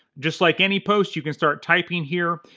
just like any post you can start typing here,